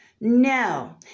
No